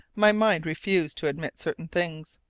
my mind refused to admit certain things.